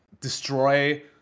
destroy